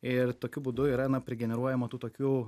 ir tokiu būdu yra na prigeneruojama tų tokių